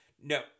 no